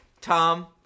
Tom